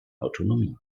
autonomie